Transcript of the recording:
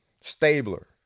Stabler